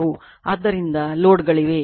ಆದ್ದರಿಂದ ಲೋಡ್ಗಳಿವೆ